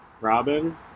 Robin